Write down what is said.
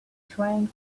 trained